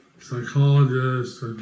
psychologists